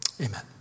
Amen